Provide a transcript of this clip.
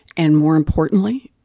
and more importantly,